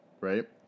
right